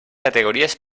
categories